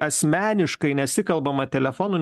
asmeniškai nesikalbama telefonu